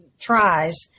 tries